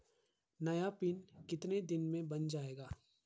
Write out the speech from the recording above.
नया पिन कितने दिन में बन जायेगा?